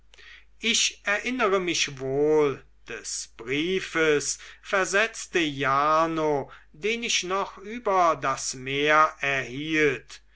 ich erinnere mich wohl des briefes versetzte jarno den ich noch über das meer erhielt